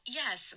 yes